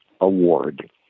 Award